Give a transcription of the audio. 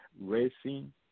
racing